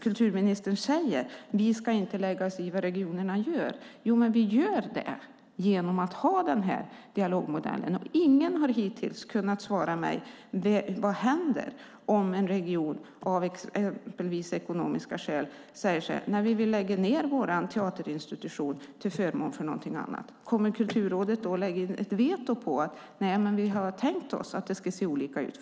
Kulturministern säger att vi inte ska lägga oss i vad regionerna gör. Men vi gör det genom att ha denna dialogmodell. Ingen har hittills kunnat svara mig vad som händer om en region exempelvis av ekonomiska skäl säger att man vill lägga ned sin teaterinstitution till förmån för någonting annat. Kommer Kulturrådet att då lägga in ett veto om att det är tänkt att det ska se olika ut?